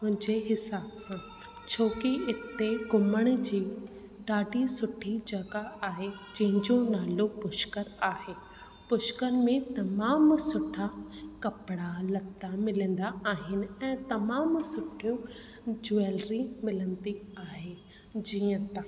मुंहिंजे हिसाब सां छोकी हिते घुमण जी ॾाढी सुठी जॻह आहे जंहिंजो नालो पुष्कर आहे पुष्कर में तमामु सुठा कपिड़ा लटा मिलंदा आहिनि ऐं तमामु सुठो ज्वैलरी मिलंदी आहे जीअं त